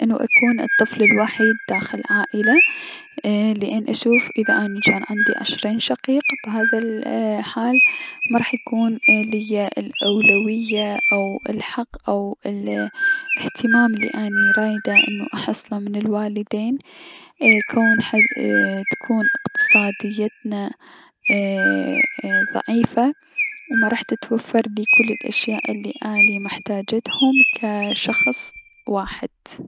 انو اكون الطفل الوحيد داخل عائلة لأن اشوف لمن اني يكون عندي عشرين شقيق بهذا الحال محيكون ليا الأولوية او الحق او الأهتمام الي اني رايدة احصله من الوالدين و تكون اي- اقدصاديتنا ايي- اي- ضعيفة و مراح تتوفر لي كل الأشياء الي اني اريدهم كشخص واحد.